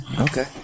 Okay